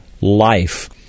life